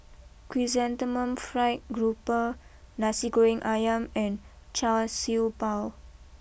Chrysanthemum Fried grouper Nasi Goreng Ayam and Char Siew Bao